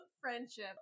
friendship